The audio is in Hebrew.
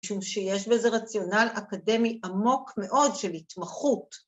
‫משום שיש בזה רציונל אקדמי ‫עמוק מאוד של התמחות.